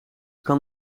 kan